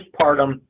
postpartum